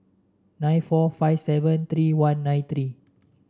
nine four five seven three one nine three